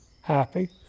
happy